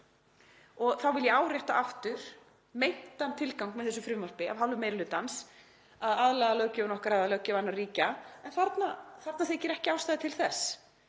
Þá vil ég árétta aftur meintan tilgang með þessu frumvarpi af hálfu meiri hlutans; að aðlaga löggjöf okkar að löggjöf annarra ríkja. En þarna þykir ekki ástæða til þess.